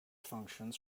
functions